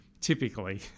typically